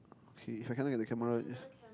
okay if I cannot get the camera